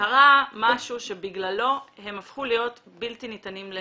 קרה משהו שבגללו הם הפכו להיות בלתי ניתנים ל